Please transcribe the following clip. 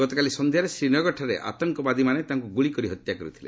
ଗତକାଲି ସନ୍ଧ୍ୟାରେ ଶ୍ରୀନଗରଠାରେ ଆତଙ୍କବାଦୀମାନେ ତାଙ୍କୁ ଗ୍ରଳିକରି ହତ୍ୟା କରିଛନ୍ତି